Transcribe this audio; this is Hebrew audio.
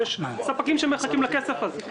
ויש ספקים שמחכים לכסף הזה.